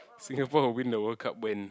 Singapore will win the World-Cup when